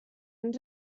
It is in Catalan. ens